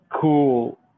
cool